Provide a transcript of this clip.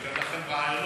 ניתן לכם רעיונות,